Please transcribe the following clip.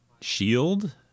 shield